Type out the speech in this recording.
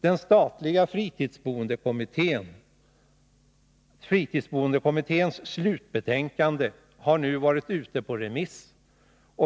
Den statliga fritidsboendekommitténs slutbetänkande har nu varit ute på remiss.